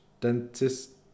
dentist